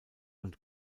und